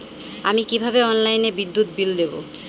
আমি কিভাবে অনলাইনে বিদ্যুৎ বিল দেবো?